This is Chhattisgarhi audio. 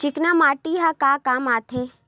चिकना माटी ह का काम आथे?